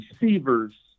receivers